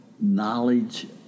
knowledge